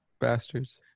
Bastards